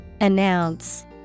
Announce